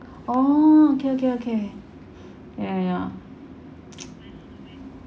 oh okay okay okay ya ya